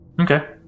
Okay